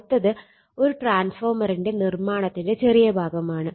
അടുത്തത് ട്രാൻസ്ഫോർമറിന്റെ നിർമ്മാണത്തിന്റെ ചെറിയ ഭാഗമാണ്